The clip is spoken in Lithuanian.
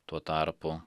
tuo tarpu